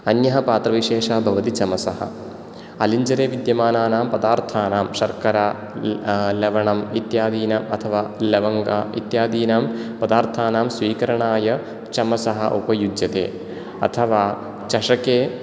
अन्यः पात्रविशेषः भवति चमसः अलिञ्जरे विद्यमानानां पदार्थानां शर्करा ल लवणम् इत्यादीनाम् अथवा लवङ्ग इत्यादीनां पदार्थानां स्वीकरणाय चमसः उपयुज्यते अथवा चषके